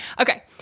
Okay